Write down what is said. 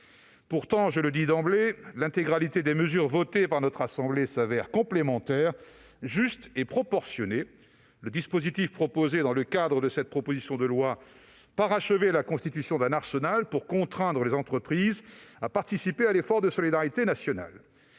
Pourtant, je le dis d'emblée, toutes les mesures votées par notre assemblée s'avèrent complémentaires, justes et proportionnées : le dispositif proposé dans le cadre de ce texte parachèverait la constitution d'un arsenal pour contraindre les entreprises à participer à l'effort de solidarité nationale.